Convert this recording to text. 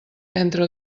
entre